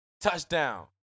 Touchdown